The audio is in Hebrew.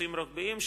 קיצוצים רוחביים,